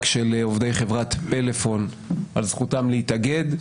של עובדי חברת פלאפון על זכותם להתאגד,